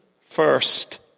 first